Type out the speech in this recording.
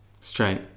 Straight